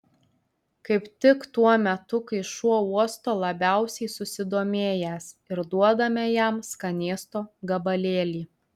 kaip tik tuo metu kai šuo uosto labiausiai susidomėjęs ir duodame jam skanėsto gabalėlį